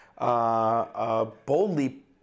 Boldly